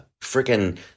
freaking